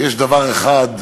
יש דבר אחד,